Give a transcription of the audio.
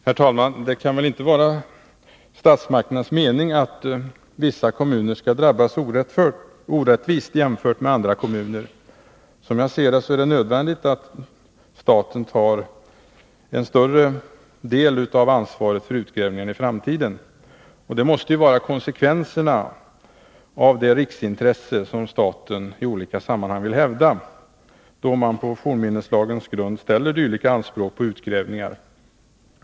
Herr talman! Det kan väl inte vara statsmakternas mening att vissa kommuner skall drabbas orättvist jämfört med andra kommuner. Som jag ser det är det nödvändigt att staten i framtiden tar en större del av ansvaret för utgrävningen. Detta måste vara konsekvenserna av det riksintresse som staten i olika sammanhang vill hävda, då man på fornminneslagens grund ställer dylika anspråk på utgrävningar.